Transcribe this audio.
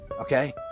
okay